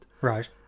Right